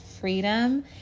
freedom